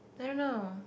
I don't know